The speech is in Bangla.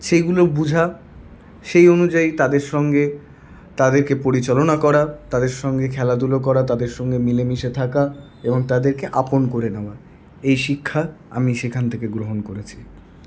সেগুলো বোঝা সেই অনুযায়ী তাদের সঙ্গে তাদেরকে পরিচালনা করা তাদের সঙ্গে খেলেধুলো করা তাদের সঙ্গে মিলেমিশে থাকা এবং তাদেরকে আপন করে নেওয়া এই শিক্ষা আমি সেখান থেকে গ্রহণ করেছি